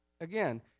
Again